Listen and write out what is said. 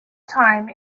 time